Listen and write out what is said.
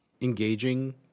engaging